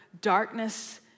darkness